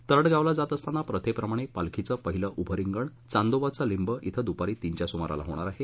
तरङगावला जात असताना प्रथेप्रमाणे पालखीच पहिलं उभं रिंगण चांदोबाचा लिंब िंब िं दुपारी तीनच्या सुमारास होणार आहे